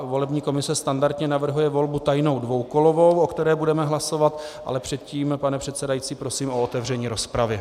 Volební komise standardně navrhuje volbu tajnou dvoukolovou, o které budeme hlasovat, ale předtím, pane předsedající, prosím o otevření rozpravy.